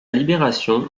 libération